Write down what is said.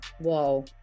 Whoa